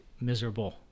miserable